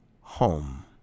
home